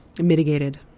mitigated